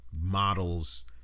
models